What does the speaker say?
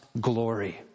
glory